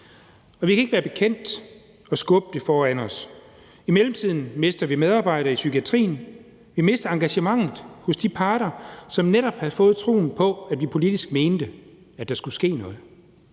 år? Vi kan ikke være bekendt at skubbe det foran os. I mellemtiden mister vi medarbejdere i psykiatrien. Vi mister engagementet hos de parter, som netop havde fået troen på, at vi fra politisk side mente, at der skulle ske noget.